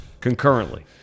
concurrently